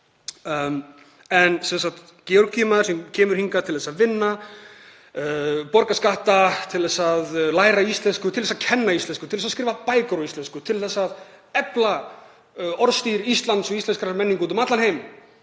En sem sagt Georgíumaður sem kemur hingað til að vinna, borga skatta, til að læra íslensku, til að kenna íslensku, til að skrifa bækur á íslensku, til að efla orðstír Íslands og íslenskrar menningar út um allan heim